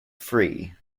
free